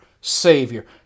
Savior